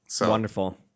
Wonderful